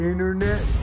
internet